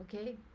okay